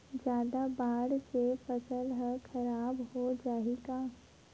जादा बाढ़ से फसल ह खराब हो जाहि का?